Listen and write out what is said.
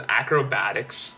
acrobatics